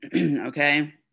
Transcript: Okay